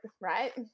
right